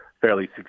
fairly